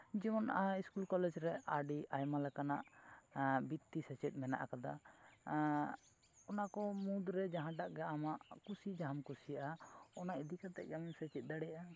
ᱡᱮᱢᱚᱱ school college ᱨᱮ ᱟᱹᱰᱤ ᱟᱭᱢᱟ ᱞᱮᱠᱟᱱᱟᱜ ᱵᱨᱤᱛᱛᱤ ᱥᱮᱪᱮᱫ ᱢᱮᱱᱟᱜ ᱠᱟᱫᱟ ᱚᱱᱟᱠᱚ ᱢᱩᱫᱽᱨᱮ ᱡᱟᱦᱟᱸᱴᱟᱜ ᱜᱮ ᱟᱢᱟᱜ ᱠᱩᱥᱤ ᱡᱟᱦᱟᱸᱢ ᱠᱩᱥᱤᱭᱟᱜᱼᱟ ᱚᱱᱟ ᱤᱫᱤ ᱠᱟᱛᱮᱫ ᱜᱮ ᱟᱢᱮᱢ ᱥᱮᱪᱮᱫ ᱫᱟᱲᱮᱭᱟᱜᱼᱟ